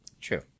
True